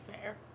fair